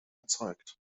erzeugt